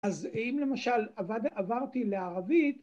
‫אז אם למשל עברתי לערבית...